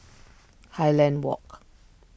Highland Walk